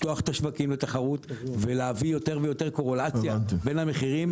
לפתוח את השווקים לתחרות ולהביא יותר ויותר קורלציה בין המחירים,